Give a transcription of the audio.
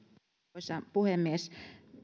arvoisa puhemies